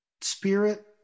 Spirit